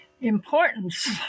importance